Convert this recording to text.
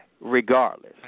regardless